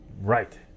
right